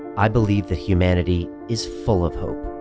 i believe that humanity is full of hope